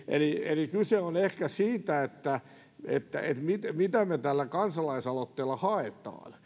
eli eli kyse on ehkä siitä mitä me tällä kansalaisaloitteella haemme